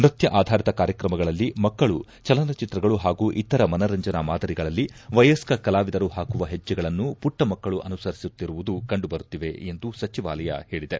ನೃತ್ಯ ಆಧಾರಿತ ಕಾರ್ಯಕ್ರಮಗಳಲ್ಲಿ ಮಕ್ಕಳು ಚಲನಚಿತ್ರಗಳು ಹಾಗೂ ಇತರ ಮನರಂಜನಾ ಮಾದರಿಗಳಲ್ಲಿ ವಯಸ್ತ ಕಲಾವಿದರು ಹಾಕುವ ಹೆಜ್ಜೆಗಳನ್ನು ಪುಟ್ಟ ಮಕ್ಕಳೂ ಅನುಸರಿಸುತ್ತಿರುವುದು ಕಂಡು ಬರುತ್ತಿದೆ ಎಂದು ಸಚಿವಾಲಯ ಹೇಳಿದೆ